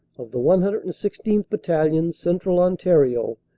of the one hundred and sixteenth. battalion central ontaria